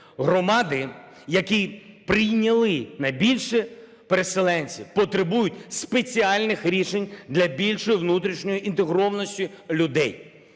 Громади, які прийняли найбільше переселенців, потребують спеціальних рішень для більшої внутрішньої інтегрованості людей.